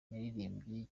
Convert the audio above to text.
yaririmbye